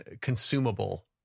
consumable